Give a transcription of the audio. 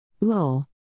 Lol